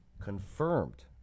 confirmed